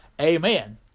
Amen